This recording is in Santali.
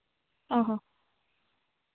ᱚ ᱦᱚ